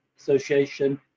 Association